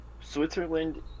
switzerland